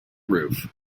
roof